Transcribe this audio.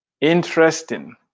interesting